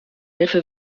hilfe